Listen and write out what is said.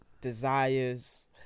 Desires